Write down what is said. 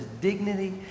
dignity